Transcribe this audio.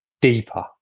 deeper